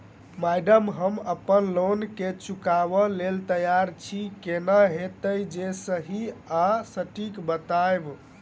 Madam हम अप्पन loan केँ चुकाबऽ लैल तैयार छी केना हएत जे सही आ सटिक बताइब?